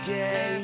day